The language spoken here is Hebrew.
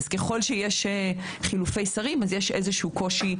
ככל שיש חילופי שרים, יש איזשהו קושי.